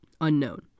Unknown